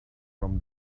from